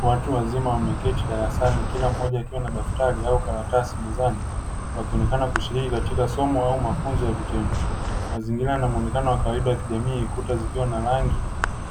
Watu wazima wameketi darasani kila mmoja akiwa na daftari au karatasi mezani wakionekana kushiriki katika somo au mafunzo ya vitendo. Mazingira haya yanamuonekano wa kawaida wa kijamii, kuta zikiwa na rangi,